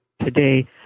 today